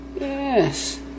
yes